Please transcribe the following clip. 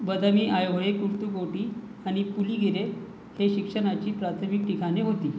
बदामी ऐहोळे कुर्तकोटी आणि पुलिगिरे हे शिक्षणाची प्राथमिक ठिकाणे होती